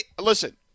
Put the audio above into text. listen